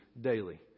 daily